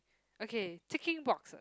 okay ticking boxer